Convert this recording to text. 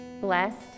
blessed